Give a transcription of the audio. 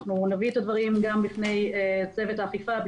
אנחנו נביא את הדברים גם בפני צוות האכיפה.